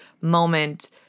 moment